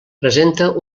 presenta